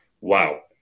wow